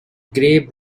grey